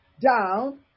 down